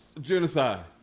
Genocide